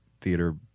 theater